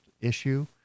issue